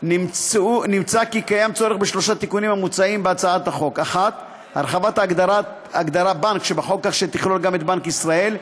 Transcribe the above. נמצא כי יש צורך בשלושה תיקונים המוצעים בהצעת החוק: 1. הרחבת ההגדרה "בנק" שבחוק כך שתכלול גם את בנק ישראל,